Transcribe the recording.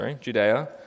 Judea